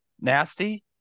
nasty